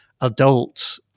adult